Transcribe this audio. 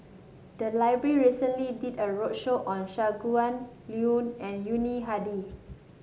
the library recently did a roadshow on Shangguan Liuyun and Yuni Hadi